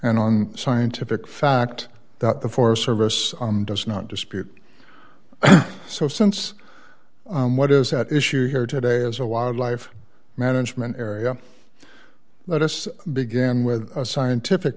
and on scientific fact that the forest service does not dispute so since what is at issue here today as a wildlife management area let us begin with a scientific